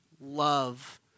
love